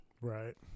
Right